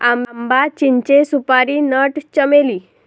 आंबा, चिंचे, सुपारी नट, चमेली